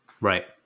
right